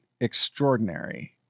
extraordinary